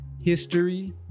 history